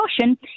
caution